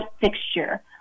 fixture